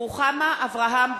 בן-אליעזר, מצביע רוחמה אברהם-בלילא,